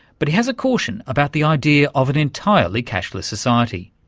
but he has a caution about the idea of an entirely cashless society.